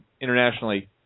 internationally